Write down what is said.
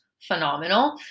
phenomenal